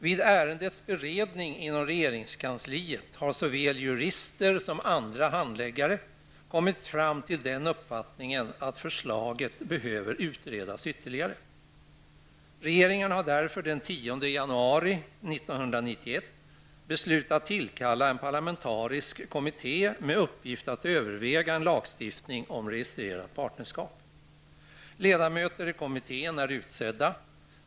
Vid ärendets beredning inom regeringskansliet har såväl jurister som andra handläggare kommit fram till den uppfattningen att förslaget behöver utredas ytterligare. Regeringen har därför den 10 januari 1991 beslutat tillkalla en parlamentarisk kommitté med uppgift att överväga en lagstiftning om registrerat partnerskap. Ledamöter i kommittén är utsedda.